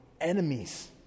enemies